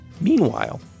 Meanwhile